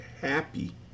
Happy